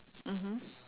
mmhmm